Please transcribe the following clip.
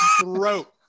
throat